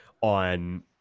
on